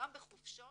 גם בחופשות,